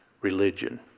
religion